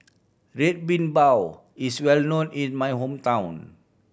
Red Bean Bao is well known in my hometown